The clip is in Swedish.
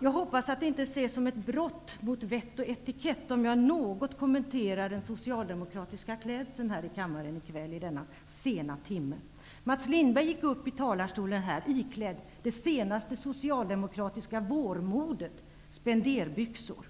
Jag hoppas att det inte ses som ett brott mot vett och etikett om jag något kommenterar den socialdemokratiska klädsen här i kammaren i kväll under denna sena timme. Mats Lindberg gick här upp i talarstolen iklädd det senaste socialdemokratiska vårmodet --